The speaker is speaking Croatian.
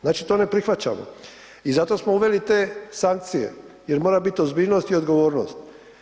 Znači to ne prihvaćamo i zato smo uveli te sankcije jer mora biti ozbiljnost i odgovornost.